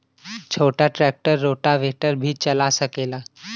छोटा tractor rotavator भी चला सकेला?